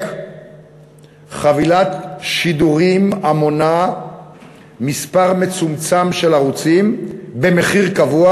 חבילת שידורים המונה מספר מצומצם של ערוצים במחיר קבוע.